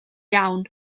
iawn